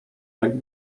tak